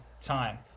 time